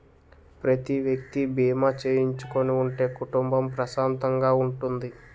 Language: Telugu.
ప్రతి వ్యక్తి బీమా చేయించుకుని ఉంటే కుటుంబం ప్రశాంతంగా ఉంటుంది